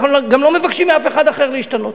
אנחנו גם לא מבקשים מאף אחד אחר להשתנות.